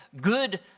Good